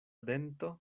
dento